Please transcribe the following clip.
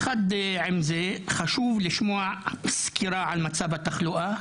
חשוב לשמוע סקירה על מצב התחלואה